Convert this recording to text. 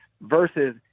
versus